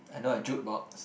I know I jude box